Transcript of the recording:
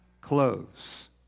clothes